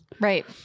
Right